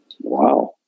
Wow